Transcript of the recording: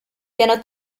piano